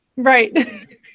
Right